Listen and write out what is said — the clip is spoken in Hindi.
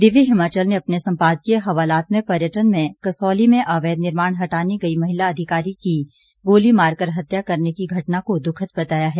दिव्य हिमाचल ने अपने संपादकीय हवालात में पर्यटन में कसौली में अवैध निर्माण हटाने गई महिला अधिकारी की गोली मारकर हत्या करने की घटना को दुखद बताया है